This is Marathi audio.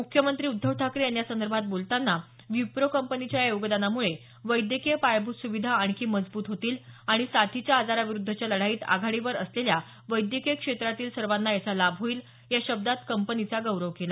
मुख्यमंत्री उद्धव ठाकरे यांनी यासंदर्भात बोलतांना विप्रो कंपनीच्या या योगदानामुळे वैद्यकीय पायाभूत सुविधा आणखी मजबूत होतील आणि साथीच्या आजाराविरुद्धच्या लढाईत आघाडीवर असलेल्या वैद्यकीय क्षेत्रातील सर्वांना याचा लाभ होईल या शब्दात कपनीचा गौरव केला